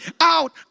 Out